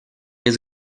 jest